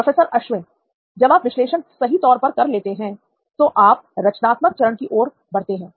professor Ashwin जब आप विश्लेषण सही तौर पर कर लेते हैं तो आप रचनात्मक चरण की ओर बढ़ते हैं